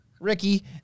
Ricky